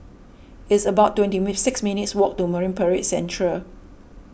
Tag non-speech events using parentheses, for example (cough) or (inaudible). it's about twenty (unintelligible) six minutes' walk to Marine Parade Central